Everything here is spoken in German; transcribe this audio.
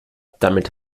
damit